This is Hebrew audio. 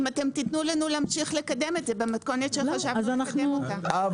אם אתם תיתנו לנו להמשיך לקדם את זה במתכונת שחשבנו לקדם אותה.